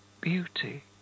beauty